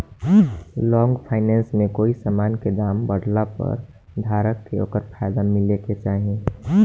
long finance में कोई समान के दाम बढ़ला पर धारक के ओकर फायदा मिले के चाही